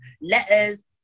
letters